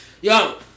Yo